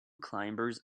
climbers